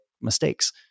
mistakes